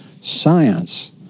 science